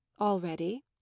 Already